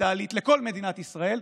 דיגיטלית לכל מדינת ישראל,